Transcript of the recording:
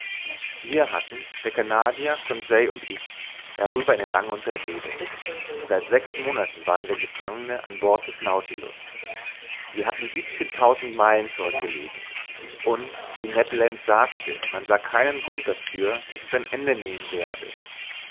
wir hatten der canadier conseil und ich darüber eine lange unterredung seit sechs monaten waren wir gefangene an bord des naus wir hatten siebenzehntausend meilen zurück gelegt und wie ned land sagte man sah keinen grund dafür daß es ein ende nehmen werde